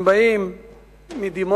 הם באים מדימונה,